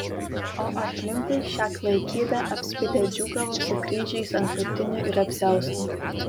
o aplinkui šią klaikybę apspitę džiūgavo su kryžiais ant krūtinių ir apsiaustų